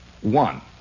one